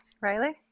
Riley